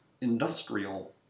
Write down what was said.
industrial